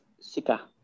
Sika